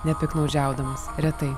nepiktnaudžiaudamas retai